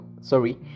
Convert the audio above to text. sorry